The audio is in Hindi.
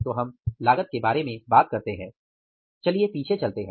तो अब हम लागत के बारे में बात करते हैं चलिए पीछे चलते हैं